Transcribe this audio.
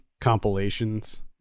compilations